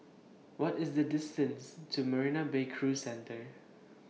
What IS The distance to Marina Bay Cruise Centre